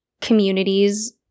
communities